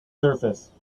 surface